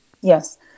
Yes